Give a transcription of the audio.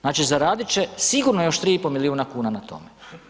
Znači zaradit će sigurno još 3,5 milijuna kuna na tome.